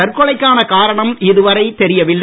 தற்கொலைக்கான காரணம் இதுவரை தெரியவில்லை